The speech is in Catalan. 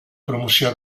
promoció